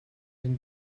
den